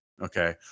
Okay